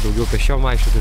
daugiau pėsčiom vaikščioti